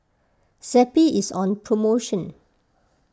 Zappy is on promotion